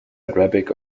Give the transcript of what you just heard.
arabic